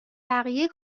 بقیه